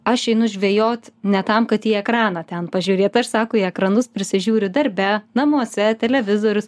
aš einu žvejot ne tam kad į ekraną ten pažiūrėt aš sako į ekranus prisižiūriu darbe namuose televizorius